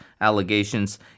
allegations